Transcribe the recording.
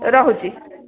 ରହୁଛି